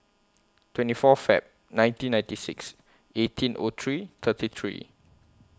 twenty four Feb nineteen ninety six eighteen O three thirty three